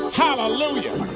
hallelujah